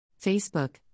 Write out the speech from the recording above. Facebook